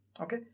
okay